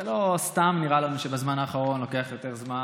לא סתם נראה לנו שבזמן האחרון זה נמשך יותר זמן,